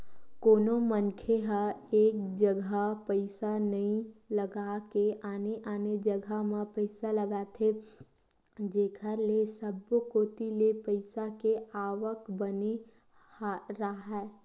कोनो मनखे ह एक जघा पइसा नइ लगा के आने आने जघा म पइसा लगाथे जेखर ले सब्बो कोती ले पइसा के आवक बने राहय